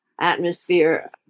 atmosphere